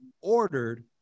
ordered